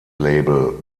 label